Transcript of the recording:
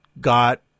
got